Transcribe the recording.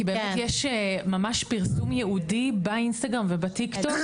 כי באמת יש ממש פרסום ייעודי באינסטגרם ובטיק טוק,